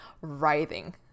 writhing